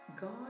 God